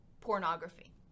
pornography